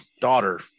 daughter